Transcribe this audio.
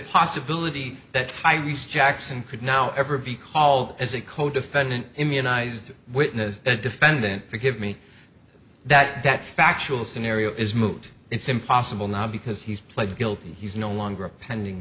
possibility that i use jackson could now ever be called as a codefendant immunised witness the defendant forgive me that that factual scenario is moot it's impossible now because he's pled guilty and he's no longer a pending